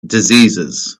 diseases